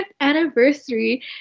Anniversary